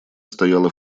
стояла